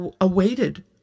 awaited